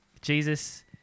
Jesus